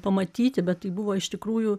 pamatyti bet tai buvo iš tikrųjų